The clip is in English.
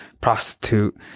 prostitute